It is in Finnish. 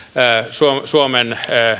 ja suomen